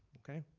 okay?